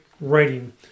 writing